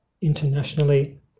internationally